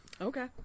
Okay